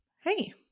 Hey